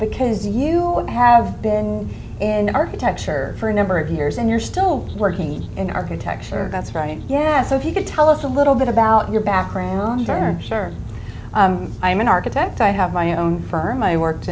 because you have been an architecture for a number of years and you're still working in architecture that's right yeah so if you could tell us a little bit about your background for sure i am an architect i have my own firm i worked